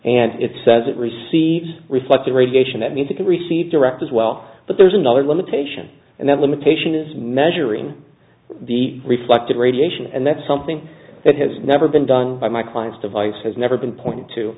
and it says it receives reflects the radiation that means you can receive direct as well but there's another limitation and that limitation is measuring the reflected radiation and that's something that has never been done by my clients device has never been pointed